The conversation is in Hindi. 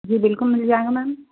जी बिलकुल मिल जाएगा मैम